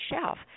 shelf